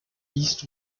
east